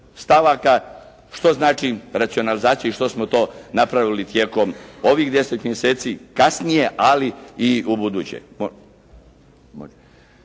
stavaka što znači racionalizacija i što smo to napravili tijekom ovih 10 mjeseci kasnije, ali i u buduće.